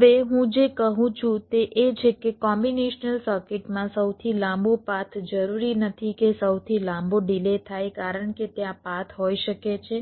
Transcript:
હવે હું જે કહું છું તે એ છે કે કોમ્બિનેશનલ સર્કિટમાં સૌથી લાંબો પાથ જરૂરી નથી કે સૌથી લાંબો ડિલે થાય કારણ કે ત્યાં પાથ હોઈ શકે છે